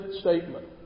statement